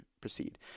proceed